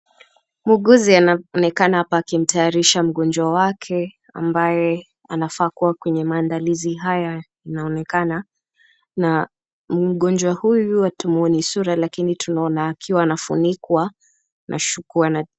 Muuguzi anaonekana hapa akimtayarisha mgonjwa wake ambaye anafaa kuwa kwenye maandalizi haya inaonekana, na mgonjwa huyu wa hatumwoni sura lakini tunaona akiwa anafunikwa na shukwa na